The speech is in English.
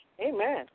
Amen